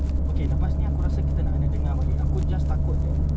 okay lepas ini aku rasa kita nak ana~ dengar balik aku just takut that